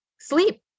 sleep